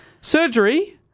Surgery